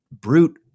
brute